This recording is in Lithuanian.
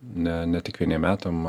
ne ne tik vieniem metam